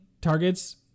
targets